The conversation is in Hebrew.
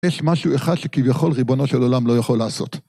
יש משהו אחד שכביכול ריבונו של עולם לא יכול לעשות.